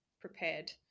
prepared